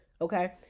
Okay